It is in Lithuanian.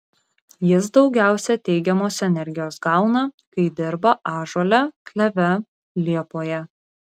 jis daugiausiai teigiamos energijos gauna kai dirba ąžuole kleve liepoje